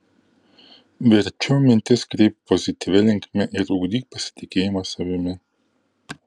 verčiau mintis kreipk pozityvia linkme ir ugdyk pasitikėjimą savimi